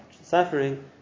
suffering